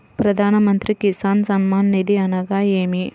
ప్రధాన మంత్రి కిసాన్ సన్మాన్ నిధి అనగా ఏమి?